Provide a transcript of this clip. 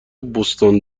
بوستون